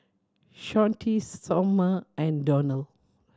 Shawnte Sommer and Donald